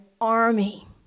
army